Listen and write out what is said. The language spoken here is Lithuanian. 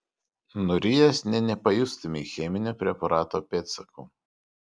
nurijęs nė nepajustumei cheminio preparato pėdsakų